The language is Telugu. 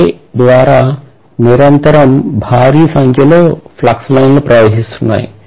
A ద్వారా నిరంతరం భారీ సంఖ్యలో ఫ్లక్స్ లైన్లు ప్రవహిస్తున్నాయి